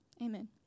Amen